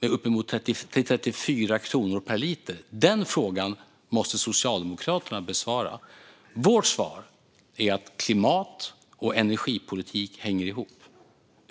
till uppemot 34 kronor per liter. Den frågan måste Socialdemokraterna besvara. Vårt svar är att klimatpolitik och energipolitik hänger ihop.